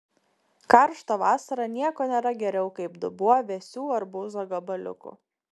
karštą vasarą nieko nėra geriau kaip dubuo vėsių arbūzo gabaliukų